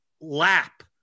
lap